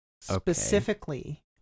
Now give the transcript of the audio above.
specifically